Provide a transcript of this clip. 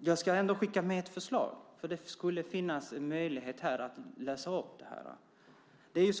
Jag ska skicka med ett förslag eftersom det finns möjlighet att här läsa upp det.